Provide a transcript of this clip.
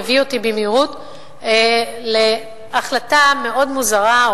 מביא אותי במהירות להחלטה מאוד מוזרה,